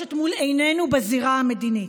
שמתרחשת מול עינינו בזירה המדינית,